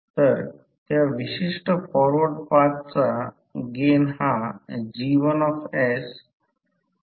तर या वेळी या मूल्यामध्ये हे मूल्य o d आहे हा भाग o d आहे